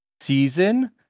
season